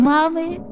Mommy